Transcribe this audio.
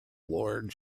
lord